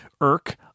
irk